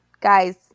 guys